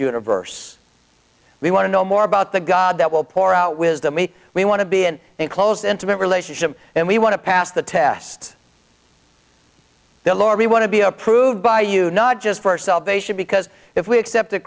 universe we want to know more about the god that will pour out wisdom e we want to be an enclosed intimate relationship and we want to pass the test below are we want to be approved by you not just for our salvation because if we accepted